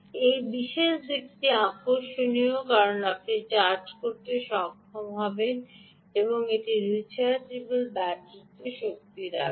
এই বিশেষ দিকটি আকর্ষণীয় কারণ আপনি চার্জ করতে সক্ষম হবেন একটি রিচার্জেবল ব্যাটারিতে শক্তি রাখবেন